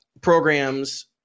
programs